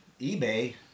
eBay